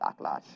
backlash